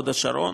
הוד השרון,